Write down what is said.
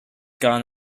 gone